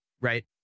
right